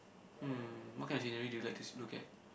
hmm what kind of scenery do you like to look at